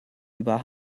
über